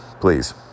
please